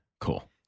Cool